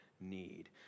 need